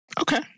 Okay